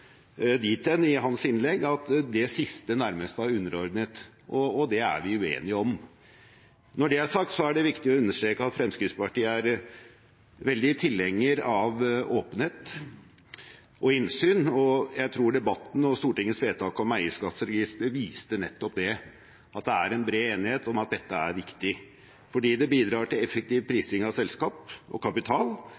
hen i hans innlegg at det siste nærmest er underordet, og det er vi uenige om. Når det er sagt, er det viktig å understreke at Fremskrittspartiet er tilhenger av åpenhet og innsyn, og jeg tror debatten og Stortingets vedtak om eierskapsregister nettopp viste at det er bred enighet om at dette er viktig, fordi det bidrar til effektiv prising av selskap og kapital,